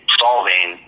solving